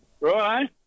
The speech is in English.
Right